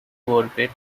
orbit